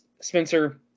Spencer